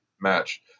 match